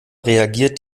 reagiert